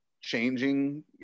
changing